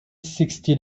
sixty